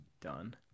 done